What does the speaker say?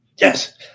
Yes